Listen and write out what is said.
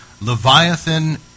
Leviathan